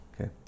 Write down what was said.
Okay